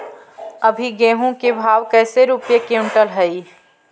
अभी गेहूं के भाव कैसे रूपये क्विंटल हई?